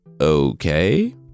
Okay